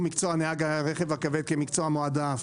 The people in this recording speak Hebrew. מקצוע נהג הרכב הכבד כמקצוע מועדף,